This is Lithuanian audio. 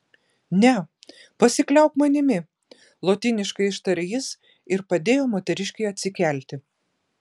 ne pasikliauk manimi lotyniškai ištarė jis ir padėjo moteriškei atsikelti